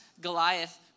Goliath